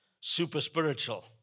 super-spiritual